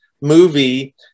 movie